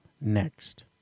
Next